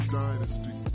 dynasty